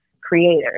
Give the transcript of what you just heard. creators